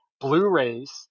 Blu-rays